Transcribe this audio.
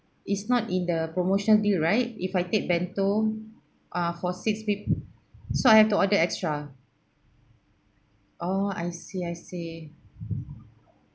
it's not in the promotion deal right if I take bento ah for six pe~ so I have to order extra orh I see I see